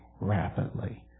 rapidly